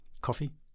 Coffee